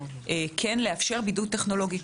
כן יתאפשר בידוד טכנולוגי.